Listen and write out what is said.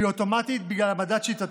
והיא אוטומטית בגלל המדד שהתעדכן.